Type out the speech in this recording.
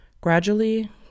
Gradually